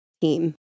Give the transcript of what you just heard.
team